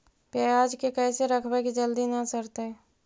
पयाज के कैसे रखबै कि जल्दी न सड़तै?